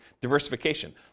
diversification